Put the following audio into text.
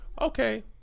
Okay